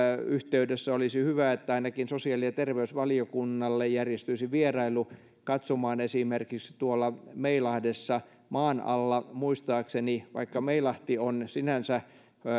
yhteydessä olisi hyvä että ainakin sosiaali ja terveysvaliokunnalle järjestyisi vierailu katsomaan esimerkiksi tuolla meilahdessa maan alla vaikka meilahti on sinänsä